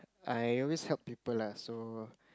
I always help people lah so